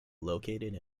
located